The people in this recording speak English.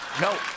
No